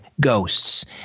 ghosts